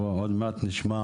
עוד מעט נשמע